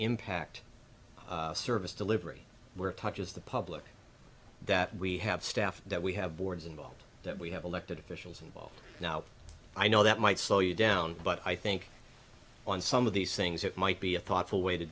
impact service delivery where it touches the public that we have staff that we have boards involved that we have elected officials involved now i know that might slow you down but i think on some of these things it might be a thoughtful way to